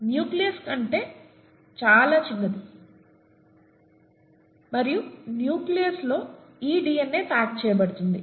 nucleus దాని కంటే చాలా చిన్నది మరియు న్యూక్లియస్లో ఈ డీఎన్ఏ ప్యాక్ చేయబడుతుంది